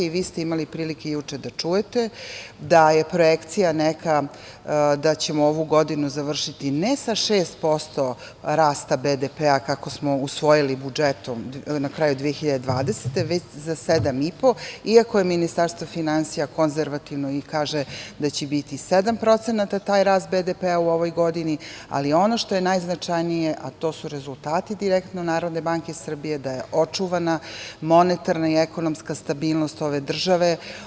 Vi ste imali prilike juče da čujete da je neka projekcija da ćemo ovu godinu završiti ne sa 6% rasta BDP kako smo usvojili budžetom na kraju 2020. godine, već za 7,5% iako je Ministarstvo finansija konzervativno i kaže da će biti 7% taj rast BDP u ovoj godini, ali ono što je najznačajnije, a to su rezultati direktno NBS da je očuvana monetarna i ekonomska stabilnost ove države.